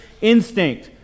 instinct